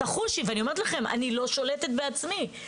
ואני אומרת לכם, אני לא שולטת בעצמי.